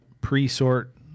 pre-sort